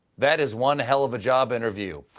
that is one hell of a job interview.